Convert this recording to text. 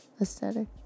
Aesthetic